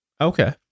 Okay